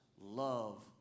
love